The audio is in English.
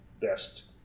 best